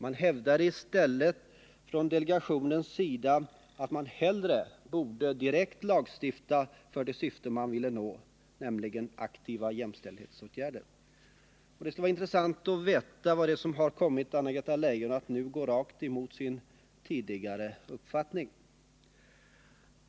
Man hävdade i stället från delegationens sida att man hellre borde lagstifta direkt för det syfte man ville nå, nämligen aktiva jämställdheisåtgärder. Det skulle vara intressant att få veta vad det är som har kommit Anna-Greta Leijon att nu gå rakt emot sin tidigare uppfattning.